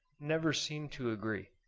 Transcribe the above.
never seemed to agree.